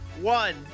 one